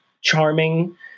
charming